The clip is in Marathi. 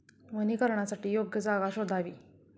वनीकरणासाठी योग्य जागा शोधावी